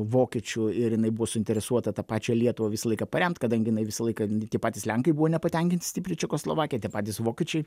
vokiečių ir jinai buvo suinteresuota tą pačią lietuvą visą laiką paremt kadangi jinai visą laiką tie patys lenkai buvo nepatenkinti stipri čekoslovakija tie patys vokiečiai